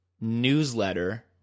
newsletter